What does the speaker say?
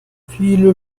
viele